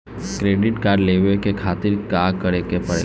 Credit card लेवे के खातिर का करेके पड़ेला?